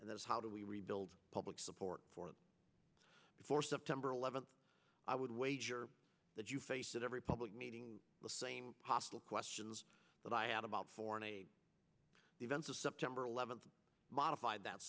and that is how do we rebuild public support for it before september eleventh i would wager that you face it every public meeting the same hostile questions that i had about four and a the events of september eleventh modified that